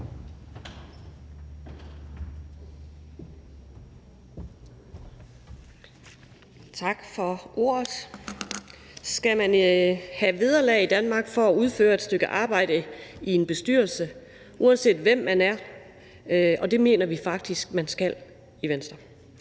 Tak for ordet. Skal man have vederlag i Danmark for at udføre et stykke arbejde i en bestyrelse, uanset hvem man er? Det mener vi faktisk i Venstre